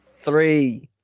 Three